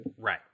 Right